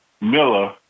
Miller